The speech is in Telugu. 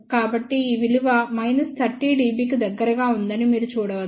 కాబట్టి ఈ విలువ మైనస్ 30 dB కి దగ్గరగా ఉందని మీరు చూడవచ్చు